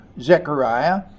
Zechariah